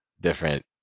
different